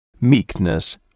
meekness